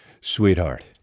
sweetheart